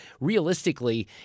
realistically